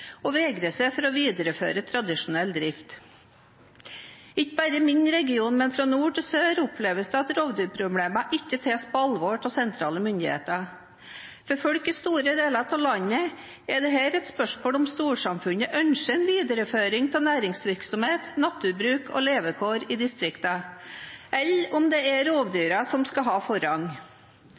og vegrer seg for å videreføre tradisjonell drift. Ikke bare i min region, men fra nord til sør, oppleves det at rovdyrproblemer ikke tas på alvor av sentrale myndigheter. For folk i store deler av landet er dette et spørsmål om storsamfunnet ønsker en videreføring av næringsvirksomhet, naturbruk og levekår i distriktene, eller om det er rovdyrene som skal ha forrang.